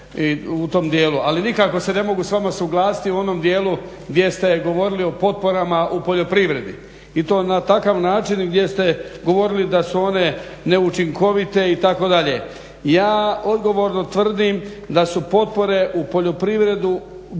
ali nikako se ne mogu s vama suglasiti u onom dijelu gdje ste govorili o potporama u poljoprivredi i to na takav način gdje ste govorili da su one neučinkovite itd. Ja odgovorno tvrdim da su potpore u poljoprivredi postigle